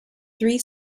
three